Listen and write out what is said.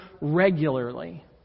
regularly